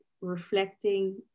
reflecting